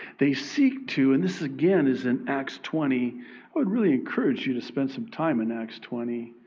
they seek to and this again is in acts twenty. i would really encourage you to spend some time in acts twenty.